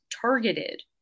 targeted